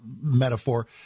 metaphor